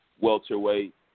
welterweight